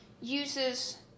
uses